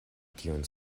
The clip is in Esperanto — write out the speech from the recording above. tion